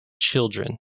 children